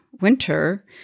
winter